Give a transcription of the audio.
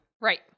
Right